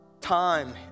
time